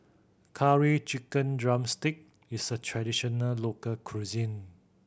Curry Chicken drumstick is a traditional local cuisine